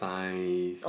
science